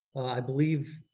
i believe,